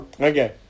Okay